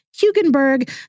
Hugenberg